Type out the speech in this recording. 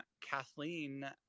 kathleen